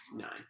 Nine